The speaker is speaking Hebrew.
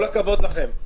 (21)